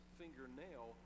fingernail